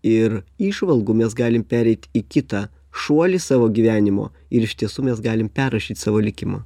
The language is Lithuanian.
ir įžvalgų mes galim pereit į kitą šuolį savo gyvenimo ir iš tiesų mes galim perrašyt savo likimą